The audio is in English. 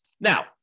Now